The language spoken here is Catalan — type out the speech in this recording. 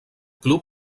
club